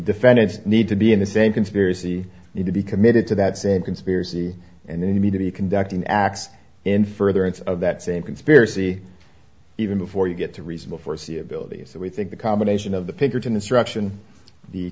defendants need to be in the same conspiracy need to be committed to that same conspiracy and enemy to be conducting acts in furtherance of that same conspiracy even before you get to reasonable foreseeability so we think the combination of the pinkerton instruction the